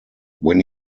when